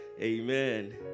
Amen